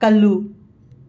ꯀꯜꯂꯨ